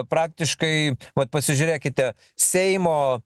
praktiškai vat pasižiūrėkite seimo